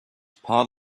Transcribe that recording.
part